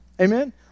Amen